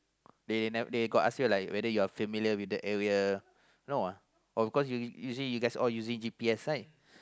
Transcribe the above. they never they got ask you like whether you are familiar with the area no ah oh cause you you guys usually you guys using G_P_S right